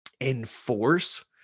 enforce